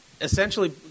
Essentially